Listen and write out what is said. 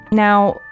Now